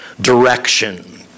direction